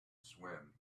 swim